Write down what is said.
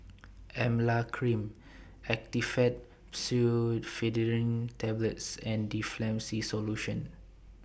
Emla Cream Actifed Pseudoephedrine Tablets and Difflam C Solution